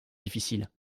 difficiles